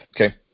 Okay